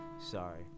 sorry